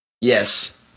Yes